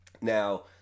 Now